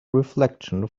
reflection